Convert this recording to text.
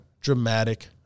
dramatic